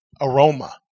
aroma